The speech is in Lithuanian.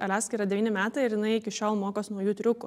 aliaskai yra devyni metai ir jinai iki šiol mokos naujų triukų